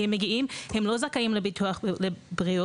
כי כשהם מגיעים הם לא זכאים לביטוח בריאות,